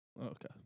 Okay